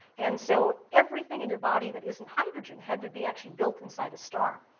and so everything in your body that isn't hydrogen had to be actually built inside a star.